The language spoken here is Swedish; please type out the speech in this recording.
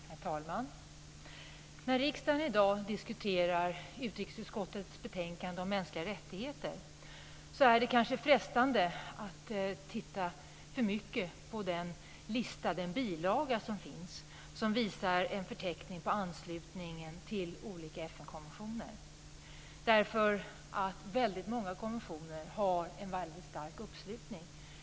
Herr talman! När riksdagen i dag diskuterar utrikesutskottet betänkande om mänskliga rättigheter är det kanske frestande att titta för mycket på den bilaga som finns, som visar en förteckning på anslutningen till olika FN-konventioner. Väldigt många konventioner har en väldigt stark uppslutning.